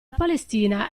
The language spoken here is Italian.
palestina